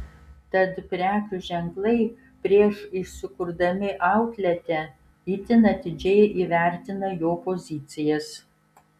tad prekių ženklai prieš įsikurdami outlete itin atidžiai įvertina jo pozicijas